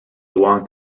belong